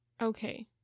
Okay